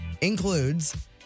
includes